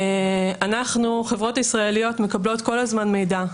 אנחנו חברות ישראליות מקבלות כל הזמן מידע,